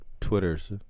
Twitters